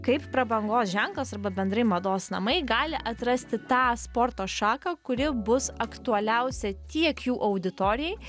kaip prabangos ženklas arba bendrai mados namai gali atrasti tą sporto šaką kuri bus aktualiausia tiek jų auditorijai